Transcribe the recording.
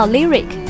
Lyric